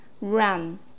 run